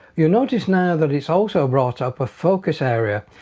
you'll notice now that it's also brought up a focus area.